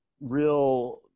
real